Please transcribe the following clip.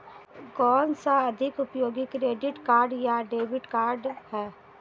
कौनसा अधिक उपयोगी क्रेडिट कार्ड या डेबिट कार्ड है?